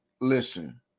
listen